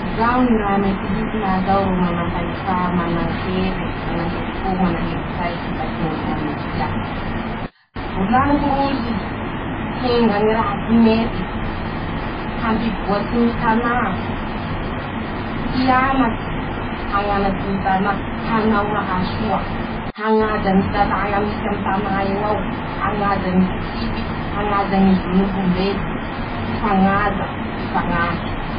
Zao ñy raha mety hisy laha zaho ro manampahefa manan-kere ,mana herimpo ,mana herin-tsay hibaiko ñ'olo mañodidy ahy: -Volañiko rozy ,hienga ñy raha tsy mety ,hampivoatsy ñy tanà ,ha hianatsy ,hañanatsy ñy tanà hanao raha soa ,hañaja ñy lalàña misy aminy tanà eo ao ,hañaja ñy fitsipike ,hañaja ñy zon'olombelo ,hifañaja ,hifañampy.